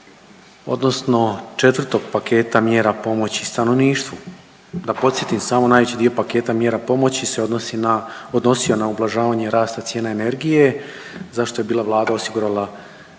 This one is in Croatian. odnosno 4. paketa mjera pomoći stanovništvu. Da podsjetim samo, najveći dio paketa mjera pomoći se odnosi na, odnosio na ublažavanje rasta cijena energije za što je bila Vlada osigurala